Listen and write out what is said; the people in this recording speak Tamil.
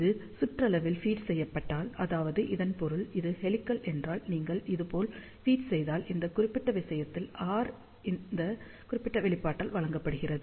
இது சுற்றளவில் ஃபீட் செய்யப்பட்டால் அதாவது இதன் பொருள் இது ஹெலிக்ஸ் என்றால் நீங்கள் இதுபோல் ஃபீட் செய்தால் அந்த குறிப்பிட்ட விஷயத்தில் ஆர் இந்த குறிப்பிட்ட வெளிப்பாட்டால் வழங்கப்படுகிறது